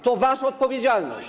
To wasza odpowiedzialność.